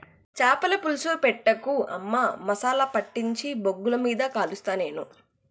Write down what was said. చాపల పులుసు పెట్టకు అమ్మా మసాలా పట్టించి బొగ్గుల మీద కలుస్తా నేను